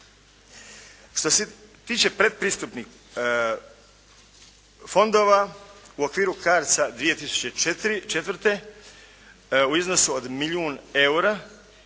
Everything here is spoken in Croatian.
Što se tiče predpristupnih fondova, u okviru CARDS-a, 2004., u iznosu od milijun eura